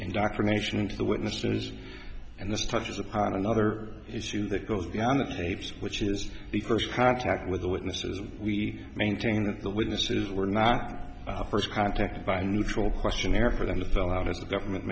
indoctrination into the witnesses and this touches upon another issue that goes beyond the pale which is the first contact with the witnesses we maintain that the witnesses were not first contacted by a neutral questionnaire for them to fill out at the government